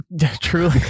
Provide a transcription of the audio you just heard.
Truly